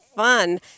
fun